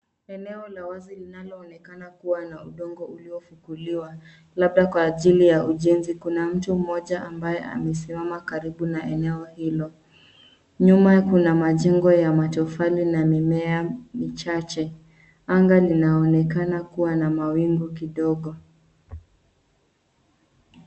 Eneo la wazi linaloonekana kuwa na udongo uliofukuliwa, labda kwa ajili ya ujenzi. Kuna mtu mmoja ambaye amesimama karibu na eneo hilo. Nyuma kuna majengo ya matofali na mimea michache. Anga linaonekana kuwa na mawingu kidogo.